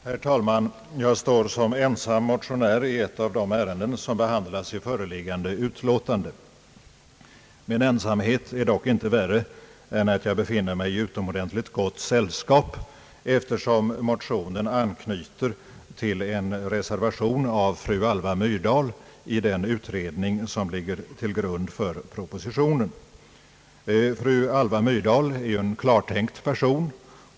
Herr talman! Jag står som ensam motionär i ett av de ärenden som behandlas i föreliggande utlåtande. Min ensamhet är dock inte värre än att jag befinner mig i utomordentligt gott sällskap, eftersom motionen anknyter till en reservation av fru Alva Myrdal i den utredning som ligger till grund för propositionen. Fru Alva Myrdal är ju en klartänkt person.